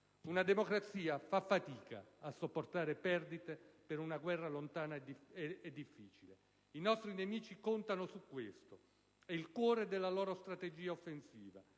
Una democrazia fa fatica a sopportare perdite per una guerra lontana e difficile. I nostri nemici contano su questo, è il cuore della loro strategia offensiva.